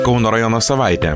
kauno rajono savaitė